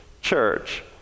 church